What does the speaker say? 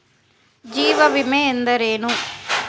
ಜೀವ ವಿಮೆ ಎಂದರೇನು?